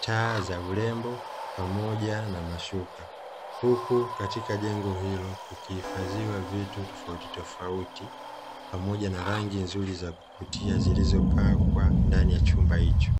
taa za urembo pamoja na mashuka. Huku katika jengo hilo kukihifadhiwa vitu tofautitofauti pamoja na rangi nzuri za kuvutia zilizopakwa ndani ya chumba hicho.